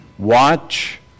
Watch